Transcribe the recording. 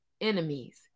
enemies